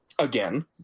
Again